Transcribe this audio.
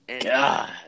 God